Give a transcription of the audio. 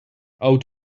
out